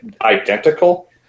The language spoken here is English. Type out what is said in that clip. identical